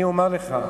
אני אומר לך.